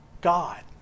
God